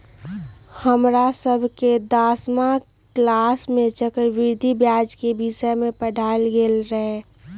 हमरा सभके दसमा किलास में चक्रवृद्धि ब्याज के विषय में पढ़ायल गेल रहै